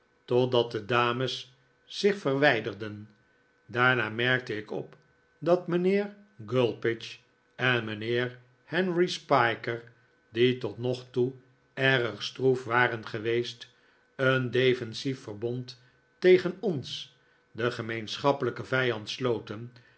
totdat de dames zich verwijderden daarna merkte ik op dat mijnheer gulpidge en mijnheer henry spiker die tot nog toe erg stroef waren geweest een defensief verbond tegen ons den gemeenschapplijken vijand sloten